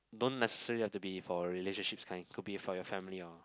don't necessarily have to be for relationships kind could be for your family or